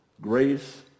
grace